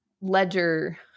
ledger